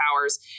powers